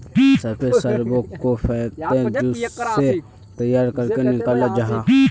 सफ़ेद शराबोक को फेर्मेंतेद जूस से तैयार करेह निक्लाल जाहा